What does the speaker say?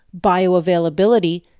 bioavailability